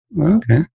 okay